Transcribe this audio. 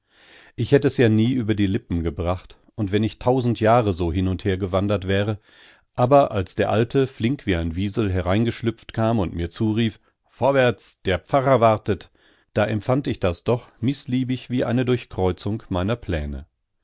ich hätt es ja nie über die lippen gebracht und wenn ich tausend jahre so hin und her gewandert wäre aber als der alte flink wie ein wiesel hereingeschlüpft kam und mir zurief vorwärts der pfarrer wartet da empfand ich das doch mißliebig wie eine durchkreuzung meiner pläne